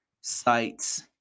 sites